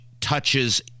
touches